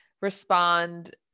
respond